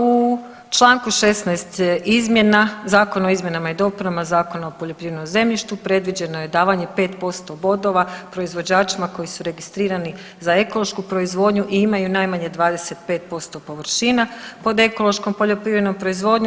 U Članku 16. izmjena, Zakona o izmjenama i dopunama Zakona o poljoprivrednom zemljištu predviđeno je davanje 5% bodova proizvođačima koji su registrirani za ekološku proizvodnju i imaju najmanje 25% površina pod ekološkom poljoprivrednom proizvodnjom.